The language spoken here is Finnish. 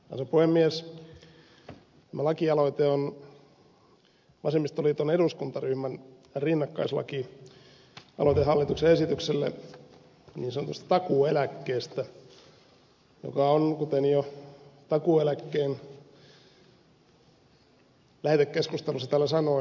lakialoite on vasemmistoliiton eduskuntaryhmän rinnakkaislakialoite hallituksen esitykselle niin sanotusta takuu eläkkeestä joka on kuten jo takuueläkkeen lähetekeskustelussa täällä sanoin mitä erinomaisin esitys